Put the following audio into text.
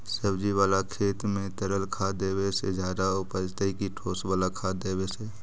सब्जी बाला खेत में तरल खाद देवे से ज्यादा उपजतै कि ठोस वाला खाद देवे से?